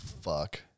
fuck